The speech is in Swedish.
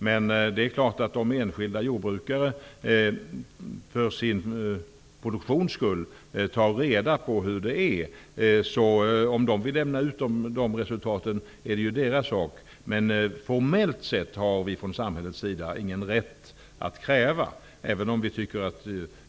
Men om enskilda jordbrukare, som för sin produktions skull tar reda på sådant här, vill lämna ut resultaten är deras sak att ta ställning till. Formellt sett, har vi från samhällets sida ingen rätt att kräva en sådan utlämning.